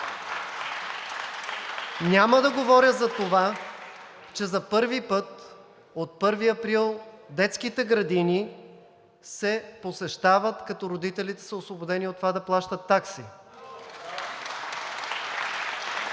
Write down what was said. Няма да говоря за това, че за първи път от 1 април детските градини се посещават, като родителите са освободени от това да плащат такси.